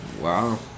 Wow